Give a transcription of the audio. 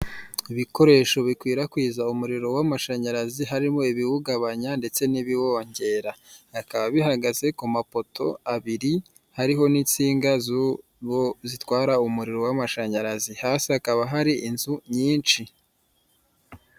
Ibikoresho bikwirakwiza umuriro w'amashanyarazi, harimo ibiwugabanya ndetse n'ibiwongera. Hakaba bihagaze ku mapoto abiri, hariho n'insinga zitwara umuriro w'amashanyarazi. Hasi hakaba hari inzu nyinshi.